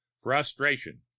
frustration